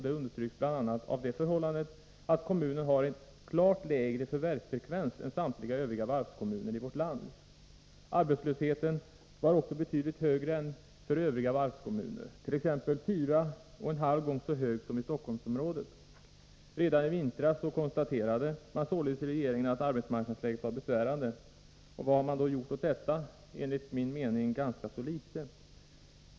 Det understryks bl.a. av det förhållandet att kommunen har en klart lägre förvärvsfrekvens än samtliga övriga varvskommuner i vårt land. Arbetslösheten var också betydligt högre än för övriga varvskommuner, t.ex. 4,5 gånger så hög som i Stockholmsområdet. Redan i vintras konstaterade man således i regeringen att arbetsmarknadsläget var besvärande. Vad har man då gjort åt detta? Enligt min mening ganska så litet.